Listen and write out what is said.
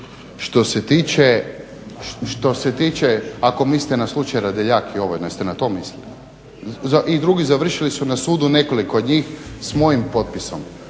Što se tiče, ako mislite na slučaj Radeljak i ovo, jeste na to mislili? I drugi završili su na sudu nekoliko od njih s mojim potpisom.